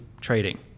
trading